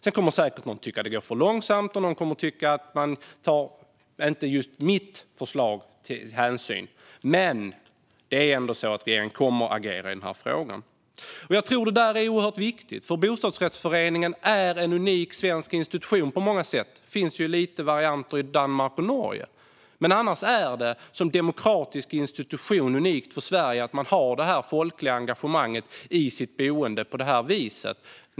Sedan kommer någon säkert att tycka att det går för långsamt och någon kommer att tycka att man inte tar hänsyn till just den personens förslag, men regeringen kommer ändå att agera i den här frågan. Jag tror att det där är oerhört viktigt, för bostadsrättsföreningen är en unik svensk institution på många sätt. Det finns några varianter i Danmark och Norge, men annars är det, som demokratisk institution, unikt för Sverige att man har det här folkliga engagemanget i sitt boende på det här viset.